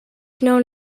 known